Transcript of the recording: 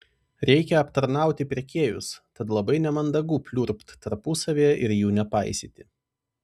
reikia aptarnauti pirkėjus tad labai nemandagu pliurpt tarpusavyje ir jų nepaisyti